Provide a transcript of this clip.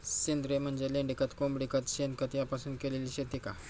सेंद्रिय म्हणजे लेंडीखत, कोंबडीखत, शेणखत यापासून केलेली शेती का?